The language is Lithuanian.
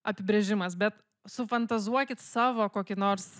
apibrėžimas bet sufantazuokit savo kokį nors